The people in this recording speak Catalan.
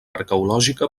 arqueològica